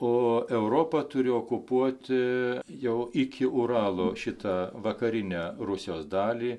o europa turi okupuoti jau iki uralo šitą vakarinę rusijos dalį